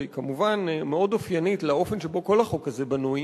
והיא כמובן מאוד אופיינית לאופן שבו כל החוק הזה בנוי,